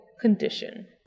condition